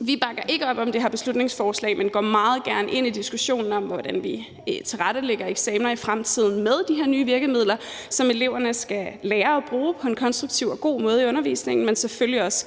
vi bakker ikke op om det her beslutningsforslag, men går meget gerne ind i diskussionen om, hvordan vi tilrettelægger eksamener i fremtiden med de her nye virkemidler, som eleverne skal lære at bruge på en konstruktiv og god måde i undervisningen, men som de selvfølgelig også